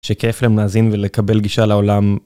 שכיף למאזין ולקבל גישה לעולם.